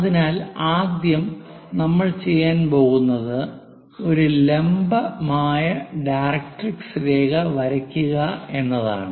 അതിനാൽ ആദ്യം നമ്മൾ ചെയ്യാൻ പോകു ന്നത് ഒരു ലംബമായ ഡയറക്ട്രിക്സ് രേഖ വരയ്ക്കുക എന്നതാണ്